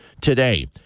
today